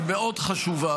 היא מאוד חשובה,